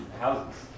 houses